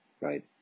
right